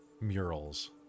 murals